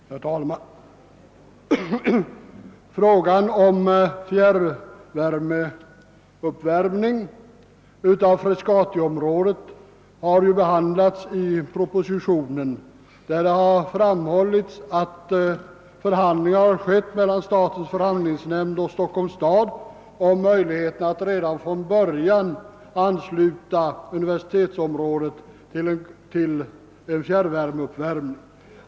Herr talman! Frågan om fjärruppvärmning av Frescatiområdet har tagits upp till behandling i propositionen 47. Det har i denna framhållits att förhandlingar ägt rum mellan statens förhandlingsnämnd och Stockholms stad om möjligheterna att redan från början ansluta universitetsområdet till fjärruppvärmning.